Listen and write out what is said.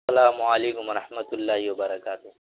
اسلام وعلیکم و رحمۃ اللہ و برکاتہ